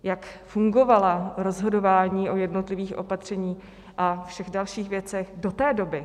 Jak fungovala rozhodování o jednotlivých opatřeních a všech dalších věcech do té doby?